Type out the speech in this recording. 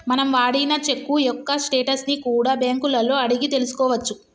మనం వాడిన చెక్కు యొక్క స్టేటస్ ని కూడా బ్యేంకులలో అడిగి తెల్సుకోవచ్చు